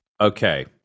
okay